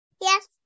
Yes